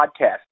podcast